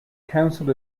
council